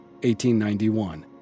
1891